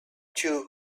two